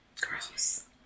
Gross